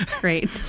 Great